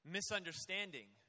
Misunderstanding